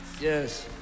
Yes